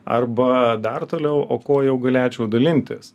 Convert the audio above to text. arba dar toliau o ko jau gulėčiau dalintis